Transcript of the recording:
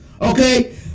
okay